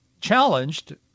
challenged